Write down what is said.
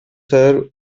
serve